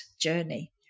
journey